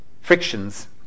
frictions